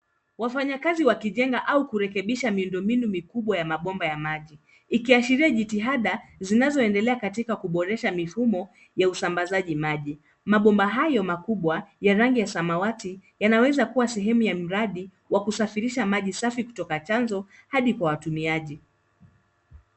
Wafanyikazi wakijenga au kurekebisha miundombinu mikubwa ya mabomba ya maji ikiashiria jitihada zinazoendelea katika kuboresha mifumo ya usambazaji maji. Mabomba hayo makubwa ya rangi ya samawati yanaweza kuwa sehemu ya miradi wa kusafirisha maji safi kutoka chanzo hadi kwa watumiaji.